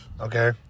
okay